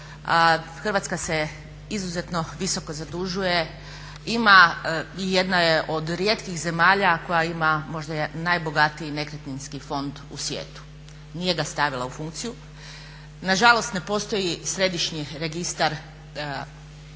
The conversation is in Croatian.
Hrvatska se izuzetno visoko zadužuje, ima i jedna je od rijetkih zemalja koja ima možda najbogatiji nekretninski fond u svijetu. Nije ga stavila u funkciju. Nažalost, ne postoji središnji registar